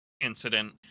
incident